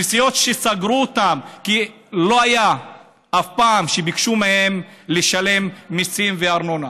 הכנסיות שסגרו אותן כי אף פעם לא ביקשו מהן לשלם מיסים וארנונה